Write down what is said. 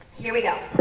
here we go.